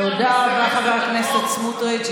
תודה רבה, חבר הכנסת סמוטריץ'.